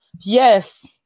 Yes